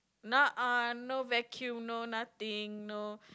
nah uh no vacuum no nothing no